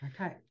Okay